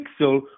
pixel